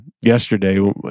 yesterday